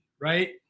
right